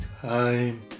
time